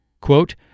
quote